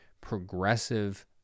progressive